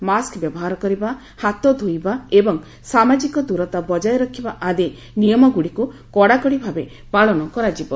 mask ବ୍ୟବହାର କରିବା ହାତ ଧୋଇବା ଏବଂ ସାମାଜିକ ଦୂରତା ବଜାୟ ରଖିବା ଆଦି ନିୟମଗୁଡ଼ିକୁ କଡ଼ାକଡ଼ି ଭାବେ ପାଳନ କରାଯିବ